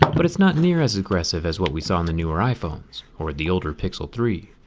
but it's not near as aggressive as what we saw in the newer iphones, or the older pixel three.